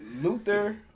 Luther